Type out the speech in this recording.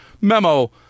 Memo